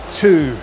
two